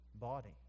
body